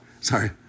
sorry